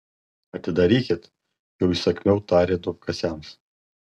atidarykit jau įsakmiau tarė duobkasiams